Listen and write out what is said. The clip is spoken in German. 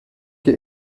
euch